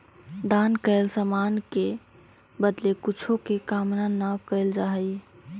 दान कैल समान के बदले कुछो के कामना न कैल जा हई